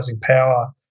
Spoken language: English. power